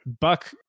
Buck